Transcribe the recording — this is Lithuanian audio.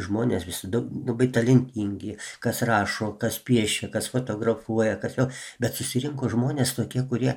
žmonės visada labai talentingi kas rašo kas piešia kas fotografuoja kas vėl bet susirinko žmonės tokie kurie